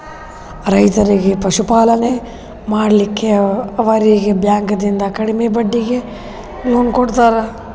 ರೈತರಿಗಿ ಪಶುಪಾಲನೆ ಮಾಡ್ಲಿಕ್ಕಿ ಅವರೀಗಿ ಬ್ಯಾಂಕಿಂದ ಕಡಿಮೆ ಬಡ್ಡೀಗಿ ಲೋನ್ ಕೊಡ್ತಾರ